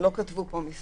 הם לא כתבו פה מספר.